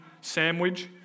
sandwich